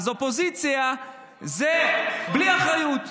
אז אופוזיציה זה בלי אחריות.